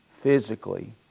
physically